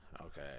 okay